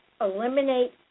eliminate